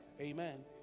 amen